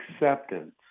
acceptance